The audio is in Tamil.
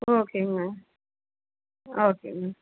ஓகேங்க ஓகேங்க